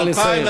נא לסיים.